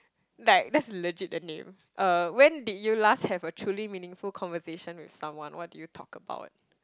like that's legit the name uh when did you last have a truly meaningful conversation with someone what did you talk about